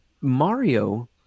Mario